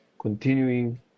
continuing